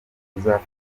urubyiruko